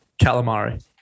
calamari